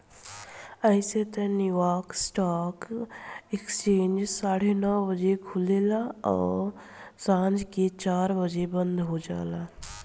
अइसे त New York stock exchange साढ़े नौ बजे खुलेला आ सांझ के चार बजे बंद हो जाला